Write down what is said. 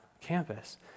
campus